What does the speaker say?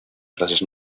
frases